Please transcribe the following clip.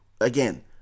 again